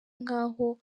nk’aho